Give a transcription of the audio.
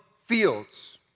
fields